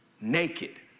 naked